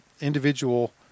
individual